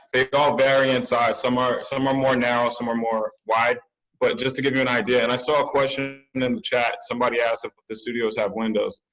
all vary in size. some are some are more narrow, some are more wide but just to give you an idea, and i saw a question in in the chat, somebody asked if but the studios have windows.